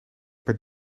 per